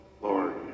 lord